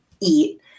eat